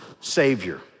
Savior